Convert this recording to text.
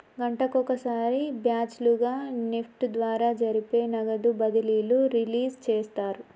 గంటకొక సారి బ్యాచ్ లుగా నెఫ్ట్ ద్వారా జరిపే నగదు బదిలీలు రిలీజ్ చేస్తారు